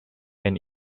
and